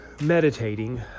meditating